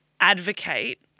advocate